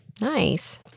nice